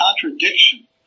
contradiction